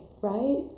right